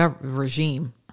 regime